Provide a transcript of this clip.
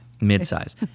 Mid-size